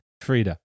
Frida